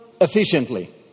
efficiently